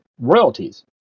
royalties